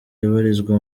ibarizwa